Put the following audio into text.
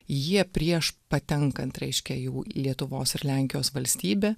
jie prieš patenkant reiškia jau į lietuvos ir lenkijos valstybę